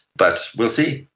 but we'll see.